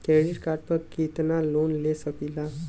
Credit card पर कितनालोन ले सकीला?